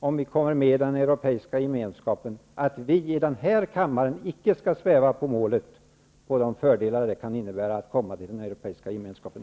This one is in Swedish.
om vi kommer med i den europeiska gemenskapen.